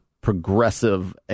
progressive